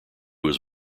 was